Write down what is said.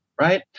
Right